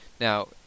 Now